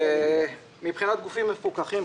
מבחינת גופים מפוקחים,